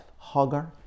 Hagar